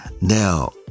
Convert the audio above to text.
now